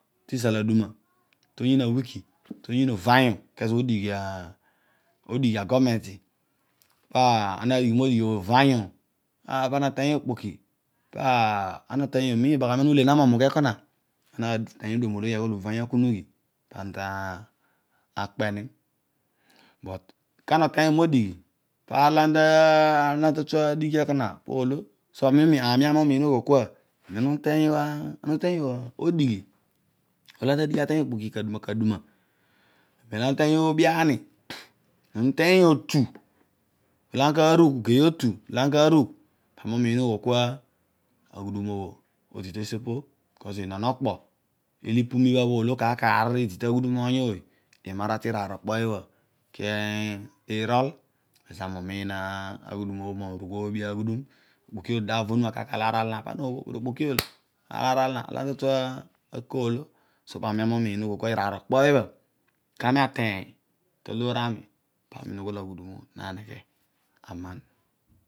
Tiizol aduma toyiin awiki to oyiin uvengu to adighi medighi uva ngu pa ana ateeny, pa na oteeny lo miibagha mi po omugh eleona, ana ateeny oduom ologhi oghol uvanyu akunighi pa ana ta kpe ni but kana oteeny io medighi, mem aka uteeny oobi ani uteeny otu amen ubogh ugei otu olo ana ka rugh ami umiin aghol kua aghudum obho odi teesiopo bho kos non okpo ilo ipu mi bha bho olo, kar kar olo idi to oony ooy imara tiiraar ara okpo ibha bho kir erol pezo ami nugh oobi aghudum, okpoki odi kar kar olo aral zina pa ana oghol kedio okpoki olo aar olo ana tafue ako olo. So anmi umiin oghol kua iraar okpo ibha bho kami ateeny ta loor ami pa ami oghol aghudum obho na neghe